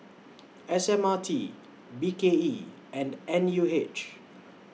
S M R T B K E and N U H